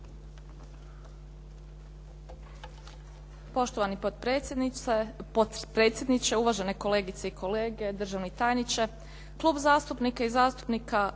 Poštovani potpredsjedniče, uvažene kolegice i kolege, državni tajniče. Klub zastupnika i zastupnica